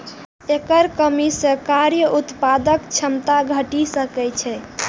एकर कमी सं कार्य उत्पादक क्षमता घटि सकै छै